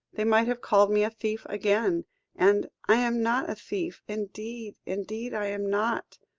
they might have called me a thief again and i am not a thief indeed, indeed, i am not.